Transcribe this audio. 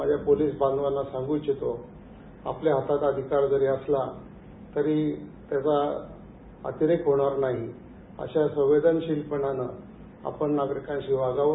माझ्या पोलीस बांधवाना सांग् इच्छितो आपल्या हातात अधिकार जरी असला तरी त्याचा अतिरेक होणार नाही अशा संवेदनशिलपणानं आपण नागरिकांशी वागावं